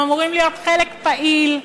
הם אמורים להיות חלק פעיל,